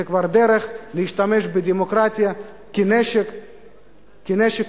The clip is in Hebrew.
זה כבר דרך להשתמש בדמוקרטיה כנשק כלכלי,